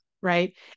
right